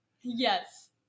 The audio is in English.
Yes